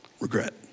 regret